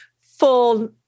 full